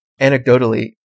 Anecdotally